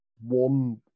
one